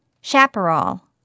chaparral